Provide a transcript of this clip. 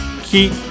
keep